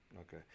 Okay